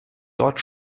dort